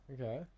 Okay